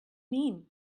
mean